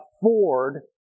Afford